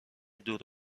دور